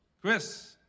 Chris